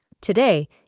Today